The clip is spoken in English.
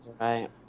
Right